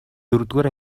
дөрөвдүгээр